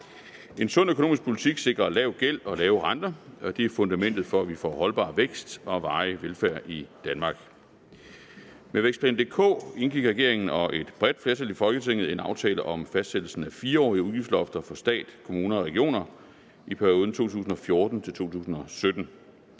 En sund økonomisk politik sikrer lav gæld og lave renter, og det er fundamentet for, at vi får holdbar vækst og varig velfærd i Danmark. Med »Vækstplan DK« indgik regeringen og et bredt flertal i Folketinget en aftale om fastsættelsen af fireårige udgiftslofter for stat, kommuner og regioner i perioden 2014-2017.